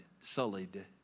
sullied